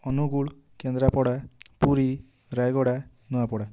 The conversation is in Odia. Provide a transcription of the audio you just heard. ଅନୁଗୁଳ କେନ୍ଦ୍ରାପଡ଼ା ପୁରୀ ରାୟଗଡ଼ା ନୂଆପଡ଼ା